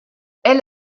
elle